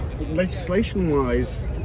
legislation-wise